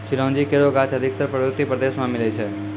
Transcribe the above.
चिरौंजी केरो गाछ अधिकतर पर्वतीय प्रदेश म मिलै छै